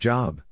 Job